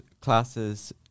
classes